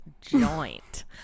joint